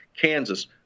Kansas